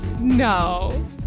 No